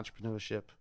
entrepreneurship